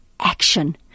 action